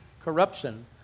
corruption